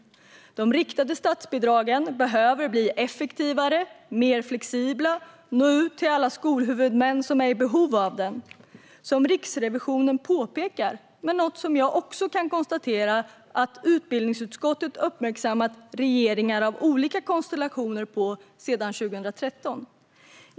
De riktade statsbidragen behöver bli effektivare och mer flexibla och nå ut till alla skolhuvudmän som är i behov av dem. Riksrevisionen påpekar, och jag har också konstaterat, att utbildningsutskottet har uppmärksammat regeringar av olika konstellationer på detta sedan 2013.